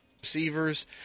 Receivers